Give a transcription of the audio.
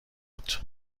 بود